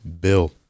Bill